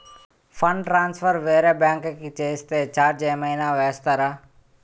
Fund transfer వేరే bank కి చేస్తే ఛార్జ్ ఏమైనా వేస్తారా?